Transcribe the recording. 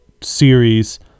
series